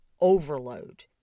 overload